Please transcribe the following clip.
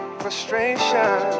frustration